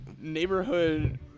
Neighborhood